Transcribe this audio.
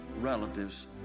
relatives